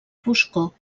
foscor